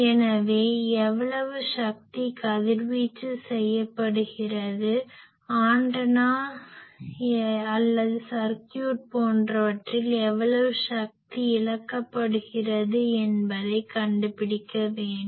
எனவே எவ்வளவு சக்தி கதிர்வீச்சு செய்யப்படுகிறது ஆண்டனா அல்லது சர்க்யூட் போன்றவற்றில் எவ்வளவு சக்தி இழக்கப்படுகிறது என்பதைக் கண்டுபிடிக்க வேண்டும்